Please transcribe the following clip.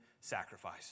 sacrifice